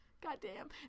Goddamn